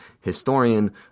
historian